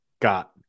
got